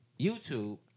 YouTube